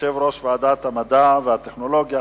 יושב-ראש ועדת המדע והטכנולוגיה,